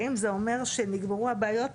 האם זה אומר שנגמרו הבעיות?